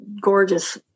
Gorgeous